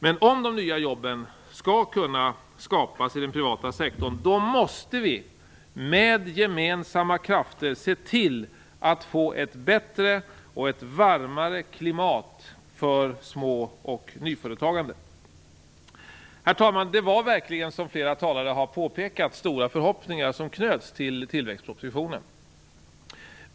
Men om de nya jobben skall kunna skapas i den privata sektorn måste vi med gemensamma krafter se till att få ett bättre och varmare klimat för små och nyföretagande. Herr talman! Det var verkligen, som flera talare har påpekat, stora förhoppningar som knöts till tillväxtpropositionen.